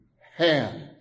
hand